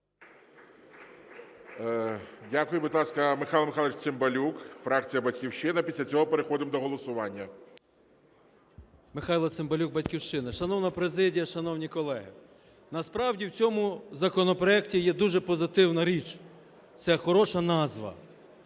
Дякую. Будь ласка, Михайло Михайлович Цимбалюк, фракція "Батьківщина". Після цього переходимо до голосування. 11:33:58 ЦИМБАЛЮК М.М. Михайло Цимбалюк, "Батьківщина". Шановна президія, шановні колеги, насправді в цьому законопроекті є дуже позитивна річ – це хороша назва.